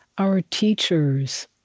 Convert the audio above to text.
our teachers